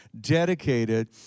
dedicated